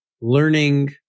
learning